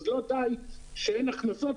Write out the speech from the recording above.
אז לא די שאין הכנסות,